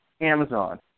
Amazon